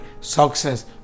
success